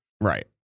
Right